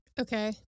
Okay